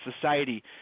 society